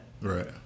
Right